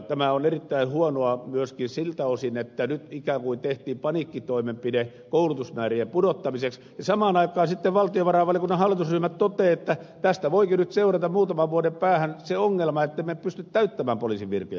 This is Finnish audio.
tämä on erittäin huonoa myöskin siltä osin että nyt ikään kuin tehtiin paniikkitoimenpide koulutusmäärien pudottamiseksi ja samaan aikaan sitten valtiovarainvaliokunnan hallitusryhmät toteavat että tästä voikin nyt seurata muutaman vuoden päähän se ongelma ettemme pysty täyttämään poliisin virkoja